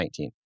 2019